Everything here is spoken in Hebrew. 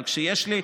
אבל כשיש לי,